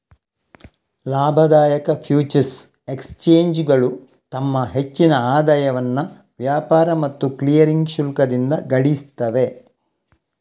ಲಾಭದಾಯಕ ಫ್ಯೂಚರ್ಸ್ ಎಕ್ಸ್ಚೇಂಜುಗಳು ತಮ್ಮ ಹೆಚ್ಚಿನ ಆದಾಯವನ್ನ ವ್ಯಾಪಾರ ಮತ್ತು ಕ್ಲಿಯರಿಂಗ್ ಶುಲ್ಕದಿಂದ ಗಳಿಸ್ತವೆ